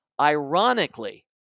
ironically